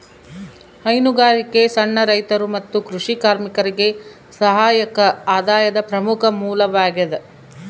ಹೈನುಗಾರಿಕೆ ಸಣ್ಣ ರೈತರು ಮತ್ತು ಕೃಷಿ ಕಾರ್ಮಿಕರಿಗೆ ಸಹಾಯಕ ಆದಾಯದ ಪ್ರಮುಖ ಮೂಲವಾಗ್ಯದ